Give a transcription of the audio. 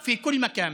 צועקים בכל מקום,